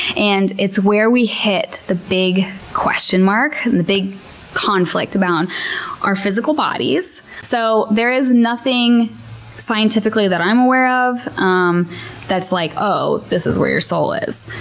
and it's where we hit the big question mark, and the big conflict about our physical bodies. so there is nothing scientifically, that i'm aware of, um that's like, oh, this is where your soul is.